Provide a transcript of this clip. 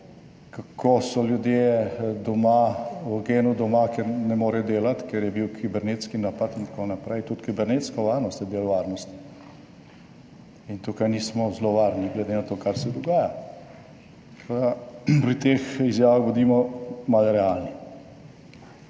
kako so ljudje doma, v Genu doma, ker ne morejo delati, ker je bil kibernetski napad in tako naprej. Tudi kibernetska varnost je del varnosti. In tukaj nismo zelo varni, glede na to, kar se dogaja. Tako da pri teh izjavah bodimo malo realni.